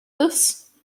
this